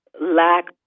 lack